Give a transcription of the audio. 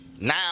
now